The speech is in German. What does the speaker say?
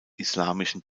islamischen